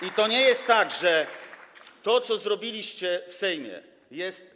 I to nie jest tak, że to, co zrobiliście w Sejmie, jest.